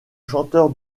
chanteur